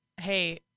hey